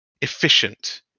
efficient